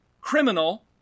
criminal